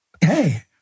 hey